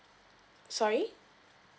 sorry